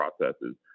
processes